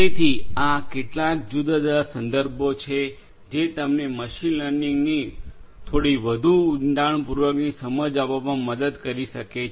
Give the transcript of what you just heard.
તેથી આ કેટલાક જુદા જુદા સંદર્ભો છે જે તમને મશીન લર્નિંગની થોડી વધુ ઉંડાણપૂર્વકની સમજ આપવામાં મદદ કરી શકે છે